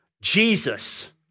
Jesus